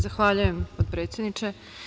Zahvaljujem, potpredsedniče.